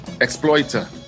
Exploiter